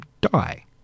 die